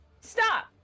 stop